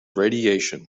radiation